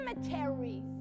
cemeteries